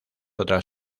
otras